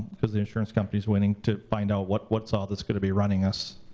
because the insurance company is waiting to find out what's what's all that's gonna be running us.